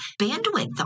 bandwidth